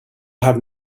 have